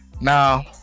Now